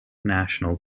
national